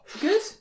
good